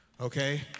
okay